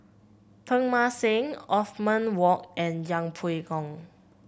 Teng Mah Seng Othman Wok and Yeng Pway Ngon